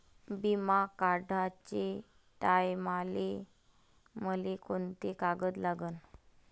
बिमा काढाचे टायमाले मले कोंते कागद लागन?